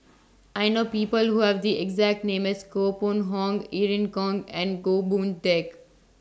I know People Who Have The exact name as Koh Pun Hong Irene Khong and Goh Boon Teck